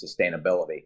sustainability